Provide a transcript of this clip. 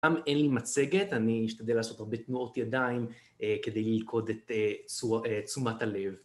גם אין לי מצגת, אני אשתדל לעשות הרבה תנועות ידיים כדי ללכוד את תשומת הלב.